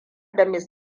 da